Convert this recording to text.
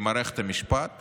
למערכת המשפט